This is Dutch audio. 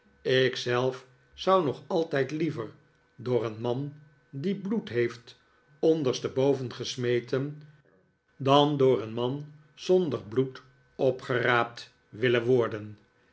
zelf zou nog altijd liever door een man die bloed heeft ondersteboven gesmeten dan door een man zonder bloed opgeraapt willen worden